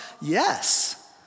Yes